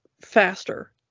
faster